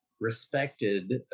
respected